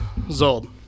Zold